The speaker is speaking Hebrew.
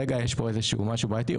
רגע יש פה איזשהו משהו בעיתי,